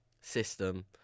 system